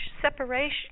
separation